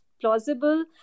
plausible